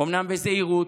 אומנם בזהירות,